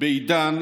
בעידן